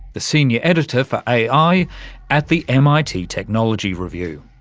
the senior editor for ai at the mit technology review.